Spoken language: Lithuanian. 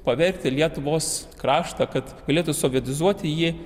pavergti lietuvos kraštą kad galėtų sovietizuoti ji